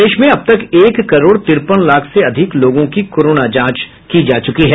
प्रदेश में अब तक एक करोड़ तिरपन लाख से अधिक लोगों की कोरोना जांच की जा चुकी है